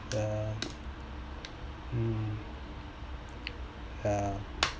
ya mm ya